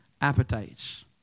appetites